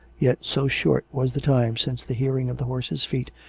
yet so short was the time since the hearing of the horses' feet,